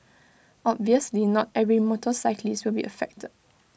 obviously not every motorcyclist will be affected